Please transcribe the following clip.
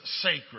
sacred